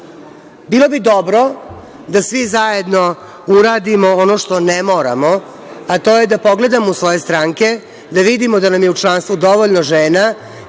bi dobro da svi zajedno uradimo ono što ne moramo, a to je da pogledamo u svoje stranke, da vidim da nam je u članstvu dovoljno žena